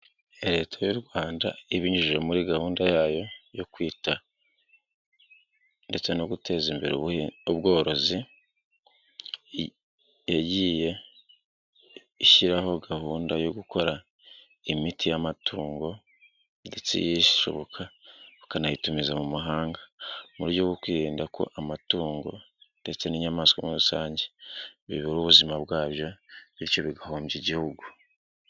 Leta y'u Rwanda ibinyujije muri gahunda yayo yo kwita ndetse no guteza imbere ubworozi. Yagiye ishyiraho gahunda yo gukora imiti y'amatungo ndetse ishoboka bakanayitumiza mu mahanga. Mu buryo bwo kwirinda ko amatungo ndetse n'inyamaswa rusange, bibura ubuzima bwabyo bityo bigahombya igihugu.